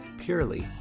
purely